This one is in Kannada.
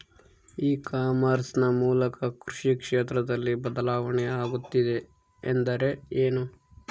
ಇ ಕಾಮರ್ಸ್ ನ ಮೂಲಕ ಕೃಷಿ ಕ್ಷೇತ್ರದಲ್ಲಿ ಬದಲಾವಣೆ ಆಗುತ್ತಿದೆ ಎಂದರೆ ಏನು?